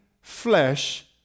flesh